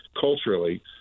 culturally